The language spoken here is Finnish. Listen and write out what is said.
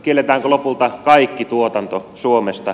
kielletäänkö lopulta kaikki tuotanto suomesta